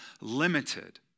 limited